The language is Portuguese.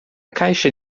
caixa